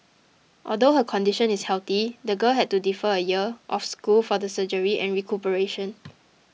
although her condition is healthy the girl had to defer a year of school for the surgery and recuperation